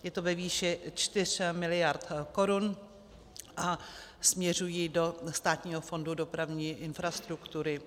Je to ve výši 4 miliard korun a směřují do Státního fondu dopravní infrastruktury.